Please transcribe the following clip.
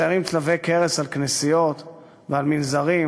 מציירים צלבי קרס על כנסיות ועל מנזרים,